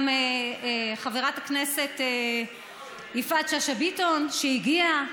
גם חברת הכנסת יפעת שאשא ביטון הגיעה.